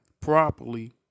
properly